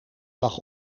lag